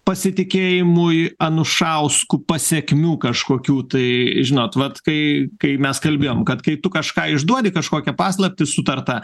pasitikėjimui anušausku pasekmių kažkokių tai žinot vat kai kai mes kalbėjom kad kai tu kažką išduodi kažkokią paslaptį sutartą